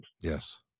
Yes